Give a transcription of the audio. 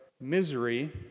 misery